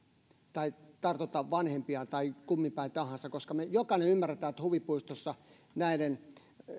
tai tartuta vanhempia tai kumminpäin tahansa koska me jokainen ymmärrämme että huvipuistossa näiden